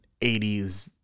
80s